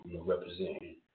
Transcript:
representing